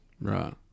Right